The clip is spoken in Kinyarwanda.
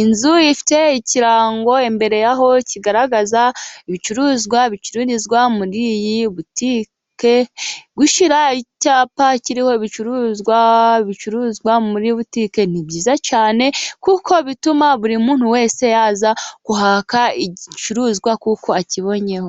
Inzu ifite ikirango imbere yaho kigaragaza ibicuruzwa bicururizwa muri iyi butike, gushyira icyapa kiriho ibicuruzwa bicuruzwa muri butike ni byiza cyane kuko bituma buri muntu wese aza akaka igicuruzwa kuko akibonyeho.